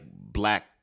black